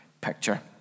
picture